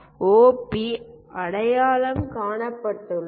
OP அடையாளம் காணப்பட்டுள்ளது